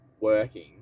working